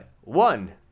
one